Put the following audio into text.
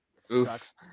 sucks